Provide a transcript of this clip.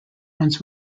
runs